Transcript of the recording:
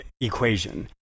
equation